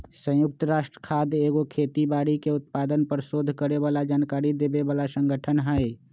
संयुक्त राष्ट्र खाद्य एगो खेती बाड़ी के उत्पादन पर सोध करे बला जानकारी देबय बला सँगठन हइ